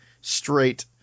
straight